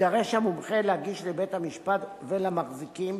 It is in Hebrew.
יידרש המומחה להגיש לבית-המשפט ולמחזיקים,